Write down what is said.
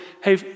hey